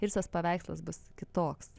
ir visas paveikslas bus kitoks